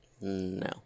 No